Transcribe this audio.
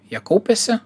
jie kaupiasi